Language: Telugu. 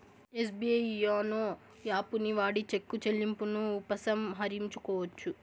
ఎస్బీఐ యోనో యాపుని వాడి చెక్కు చెల్లింపును ఉపసంహరించుకోవచ్చు